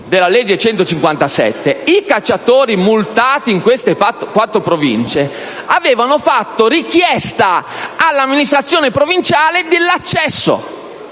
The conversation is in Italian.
i cacciatori multati nelle quattro province avevano fatto richiesta all'amministrazione provinciale dell'accesso